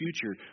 future